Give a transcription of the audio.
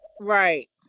right